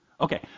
Okay